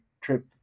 trip